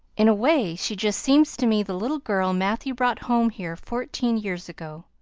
in a way she just seems to me the little girl matthew brought home here fourteen years ago.